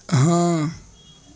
ہاں